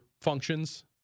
functions